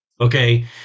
Okay